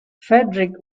fedric